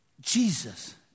Jesus